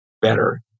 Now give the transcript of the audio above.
better